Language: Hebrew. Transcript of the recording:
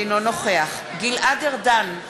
אינו נוכח גלעד ארדן,